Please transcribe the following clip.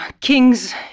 kings